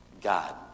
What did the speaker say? God